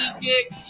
dick